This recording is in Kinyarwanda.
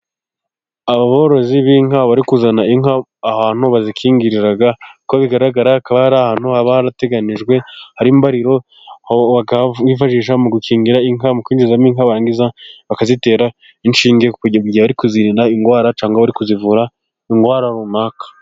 Aborozi b'inka bari kuzana inka ahantu bazikingirira, uko bigaragara hakaba ari ahantu haba harateganyijwe, hari imbariro bifashisha mu gukingira inka, kwinjizamo inka barangiza bakazitera inshinge, igihe bari kuzirinda indwara cyangwa bari kuzivura indwara runaka.